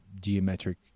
geometric